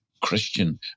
Christian